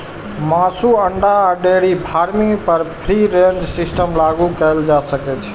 मासु, अंडा आ डेयरी फार्मिंग पर फ्री रेंज सिस्टम लागू कैल जा सकै छै